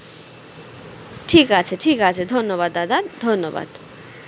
ঠিক আছে ঠিক আছে ধন্যবাদ দাদা ধন্যবাদ